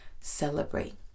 celebrate